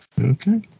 Okay